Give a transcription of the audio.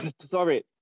Sorry